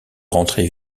rentrer